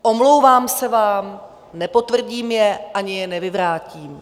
Omlouvám se vám, nepotvrdím je ani je nevyvrátím.